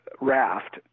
raft